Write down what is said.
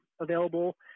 available